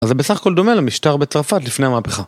אז זה בסך הכל דומה למשטר בצרפת לפני המהפכה.